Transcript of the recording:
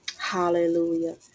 hallelujah